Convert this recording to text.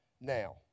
now